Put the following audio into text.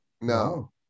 No